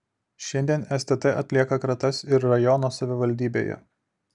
šiandien stt atlieka kratas ir rajono savivaldybėje